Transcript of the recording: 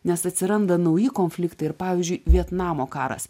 nes atsiranda nauji konfliktai ir pavyzdžiui vietnamo karas